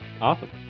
Awesome